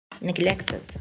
Neglected